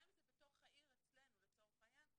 אם זה בתוך העיר אצלנו לצורך העניין,